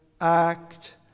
act